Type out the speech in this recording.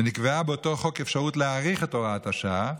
ונקבעה באותו חוק אפשרות להאריך את הוראת השעה.